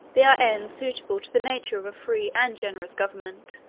they are ends suitable to the nature of a free and generous government